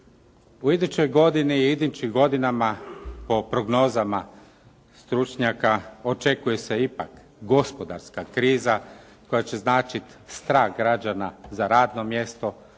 U idućoj godini i idućim godinama, po prognozama stručnjaka, očekuje se ipak gospodarska kriza koja će značiti strah građana za radno mjesto,